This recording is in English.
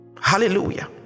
hallelujah